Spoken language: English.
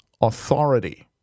authority